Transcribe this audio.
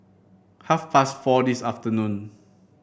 half past four this afternoon